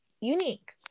unique